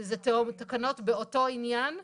שזה תקנות באותו עניין,